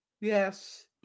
Yes